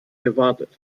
gewartet